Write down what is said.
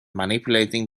manipulating